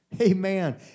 Amen